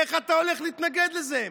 איך אתה הולך להתנגד לזה?